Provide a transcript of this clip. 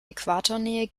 äquatornähe